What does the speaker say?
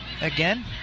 again